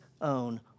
own